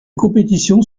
compétition